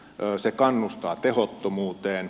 se kannustaa tehottomuuteen